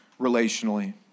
relationally